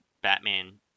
Batman